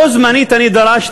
בו בזמן אני דרשתי,